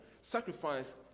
sacrifice